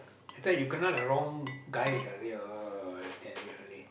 I thought you kena the wrong guys ah !aiyo! I tell you really